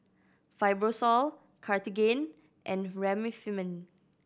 Fibrosol Cartigain and Remifemin